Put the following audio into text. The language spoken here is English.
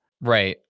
right